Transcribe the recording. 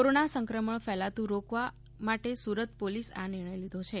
corona સંક્રમણ ફેલાતું રોકવા માટે સુરત પોલીસે આ નિર્ણથ લીધો છે